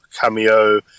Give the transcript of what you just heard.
cameo